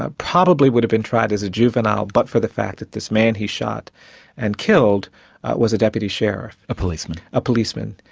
probably would've been tried as a juvenile but for the fact that this man he shot and killed was a deputy sheriff. a policeman? a policeman.